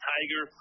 Tiger